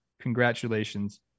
congratulations